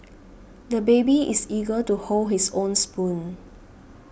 the baby is eager to hold his own spoon